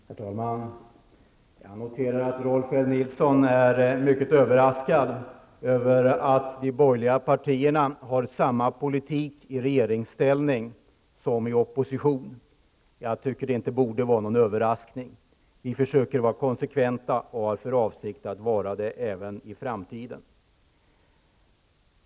Herr talman! Jag noterar att Rolf L Nilson är mycket överraskad över att de borgerliga partierna driver samma politik i regeringsställning som i opposition. Jag tycker att det inte borde vara någon överraskning. Vi försöker att vara konsekventa, och vi har för avsikt att vara det även i framtiden.